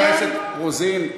חברת הכנסת רוזין,